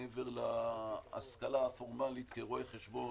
מעבר להשכלה הפורמאלית כרואה חשבון,